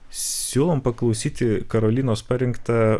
siūlom paklausyti karolinos parinkąa